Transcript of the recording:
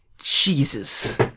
Jesus